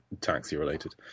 taxi-related